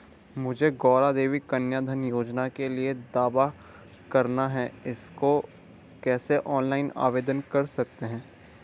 मुझे गौरा देवी कन्या धन योजना के लिए दावा करना है इसको कैसे ऑनलाइन आवेदन कर सकते हैं?